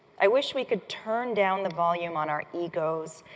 i wish we could turn down the volume on our egos,